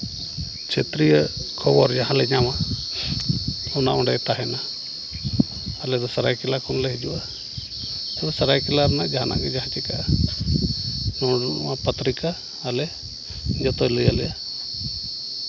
ᱪᱷᱟᱹᱛᱨᱤᱭᱚ ᱠᱷᱚᱵᱚᱨ ᱡᱟᱦᱟᱸ ᱞᱮ ᱧᱟᱢᱟ ᱚᱱᱟ ᱚᱸᱰᱮ ᱛᱟᱦᱮᱱᱟ ᱟᱞᱮ ᱫᱚ ᱥᱟᱹᱨᱟᱹᱭᱠᱮᱞᱞᱟ ᱠᱷᱚᱱᱞᱮ ᱦᱤᱡᱩᱜᱼᱟ ᱮᱵᱚᱝᱥᱟᱹᱨᱟᱹᱭ ᱠᱮᱞᱞᱟ ᱨᱮᱭᱟᱜ ᱡᱟᱦᱟᱱᱟᱜ ᱜᱮ ᱡᱟᱦᱟᱸ ᱪᱤᱠᱟᱹᱜᱼᱟ ᱱᱚᱣᱟ ᱯᱚᱛᱛᱨᱤᱠᱟ ᱟᱞᱮ ᱡᱚᱛᱚᱭ ᱞᱟᱹᱭ ᱟᱞᱮᱭᱟ